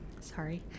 sorry